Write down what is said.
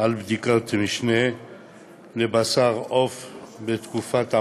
על בדיקת משנה לבשר עוף בתקופת המעבר.